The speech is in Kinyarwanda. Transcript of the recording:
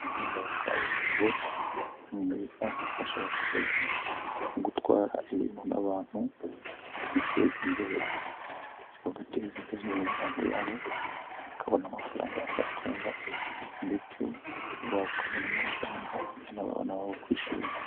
Umuhanda wa kaburimbo mwiza ufasha abaturage mu gutwara ibintu n'abantu, bakiteza imbere ndetse bagateza imbere n'imiryango yabo bakabona amafaranga abatunga ndetse bakabona n'amafaranga ajyana ababana babo ku ishuri.